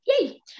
yay